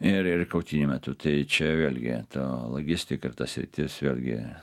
ir ir kautynių metu tai čia vėlgi ta logistika ir ta sritis vėlgi